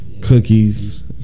cookies